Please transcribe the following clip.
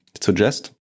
suggest